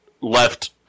left